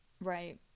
right